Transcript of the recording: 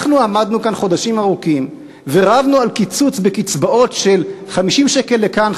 אנחנו עמדנו כאן חודשים ארוכים ורבנו על קיצוץ בקצבאות של 50 שקל לכאן,